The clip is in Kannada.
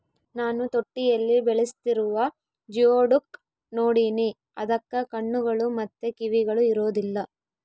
ನಾನು ತೊಟ್ಟಿಯಲ್ಲಿ ಬೆಳೆಸ್ತಿರುವ ಜಿಯೋಡುಕ್ ನೋಡಿನಿ, ಅದಕ್ಕ ಕಣ್ಣುಗಳು ಮತ್ತೆ ಕಿವಿಗಳು ಇರೊದಿಲ್ಲ